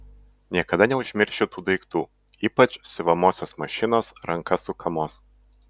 niekada neužmiršiu tų daiktų ypač siuvamosios mašinos ranka sukamos